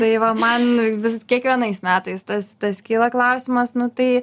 tai va man vis kiekvienais metais tas tas kyla klausimas nu tai